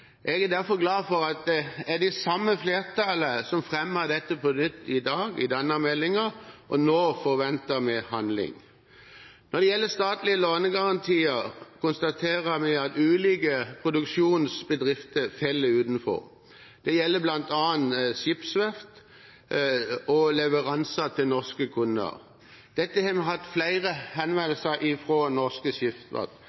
Jeg er derfor glad for at det er det samme flertallet som fremmer dette på nytt i dag, i denne innstillingen, og nå forventer vi handling. Når det gjelder statlige lånegarantier, konstaterer vi at ulike produksjonsbedrifter faller utenfor. Det gjelder bl.a. skipsverftenes leveranser til norske kunder. Dette har vi hatt flere